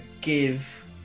give